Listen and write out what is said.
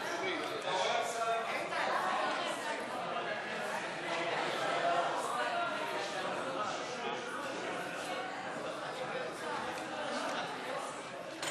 ההצעה להעביר את הצעת חוק ההסדרים במשק המדינה